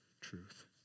truth